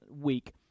week